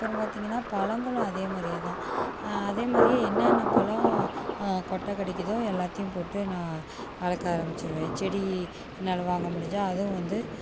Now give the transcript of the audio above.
அப்புறம் பார்த்திங்கன்னா பழங்களும் அதேமாரியே தான் அதேமாதிரியே என்னென்ன பழம் கொட்டை கிடைக்குதோ எல்லாத்தையும் போட்டு நான் வளர்க்க ஆரம்பிச்சிடுவேன் செடி என்னால் வாங்க முடிஞ்சால் அதுவும் வந்து